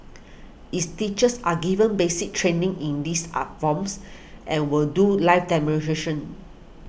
its teachers are given basic training in these art forms and will do live